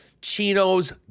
chinos